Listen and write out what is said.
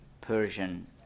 Persian